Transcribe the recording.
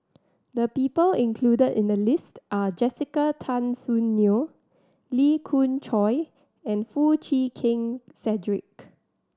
the people included in the list are Jessica Tan Soon Neo Lee Khoon Choy and Foo Chee Keng Cedric